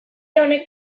honek